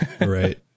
Right